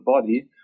body